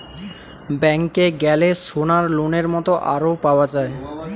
ব্যাংকে গ্যালে সোনার লোনের মত আরো পাওয়া যায়